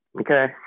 okay